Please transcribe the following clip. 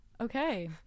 Okay